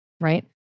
right